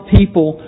people